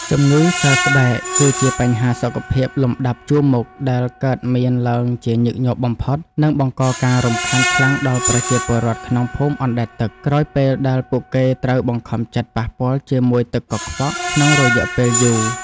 ជំងឺសើស្បែកគឺជាបញ្ហាសុខភាពលំដាប់ជួរមុខដែលកើតមានឡើងជាញឹកញាប់បំផុត និងបង្កការរំខានខ្លាំងដល់ប្រជាពលរដ្ឋក្នុងភូមិអណ្តែតទឹក ក្រោយពេលដែលពួកគេត្រូវបង្ខំចិត្តប៉ះពាល់ជាមួយទឹកកខ្វក់ក្នុងរយៈពេលយូរ។